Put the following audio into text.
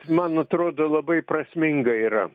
man atrodo labai prasminga yra